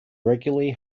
regularly